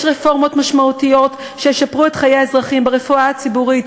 יש בו רפורמות משמעותיות שישפרו את חיי האזרחים ברפואה הציבורית,